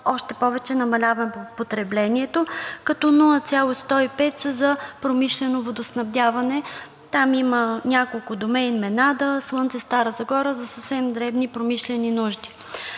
още повече намалява потреблението, като 0,105 са за промишлено водоснабдяване – там има няколко: „Домейн Менада“, „Слънце – Стара Загора“, за съвсем дребни промишлени нужди.